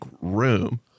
room